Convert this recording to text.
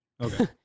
Okay